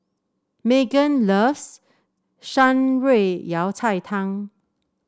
Meggan loves Shan Rui Yao Cai Tang